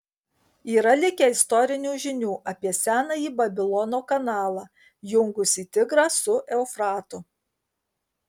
yra likę istorinių žinių apie senąjį babilono kanalą jungusį tigrą su eufratu